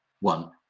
one